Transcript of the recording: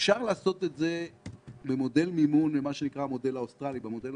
אפשר לעשות את זה במודל המימון האוסטרלי שבו אתה